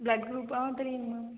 blood குரூப்பா ஆ தெரியும் மேம்